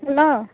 hello